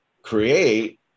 create